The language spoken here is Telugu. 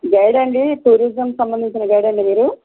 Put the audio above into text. గైడ్ అండి టూరిజంకి సంబంధించిన గైడ్ అండి మీరు